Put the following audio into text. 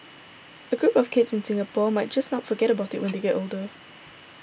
a group of kids in Singapore might just not forget about it when they get older